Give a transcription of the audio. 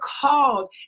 called